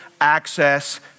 access